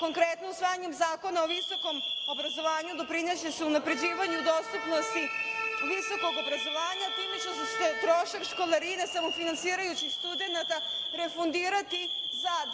Konkretno, usvajanjem Zakona o visokom obrazovanju doprinosi se unapređivanju dostupnosti visokog obrazovanja time što će se trošak školarine samofinansirajućih studenata refundirati za